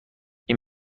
این